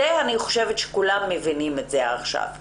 אני חושבת שכולם מבינים את זה עכשיו.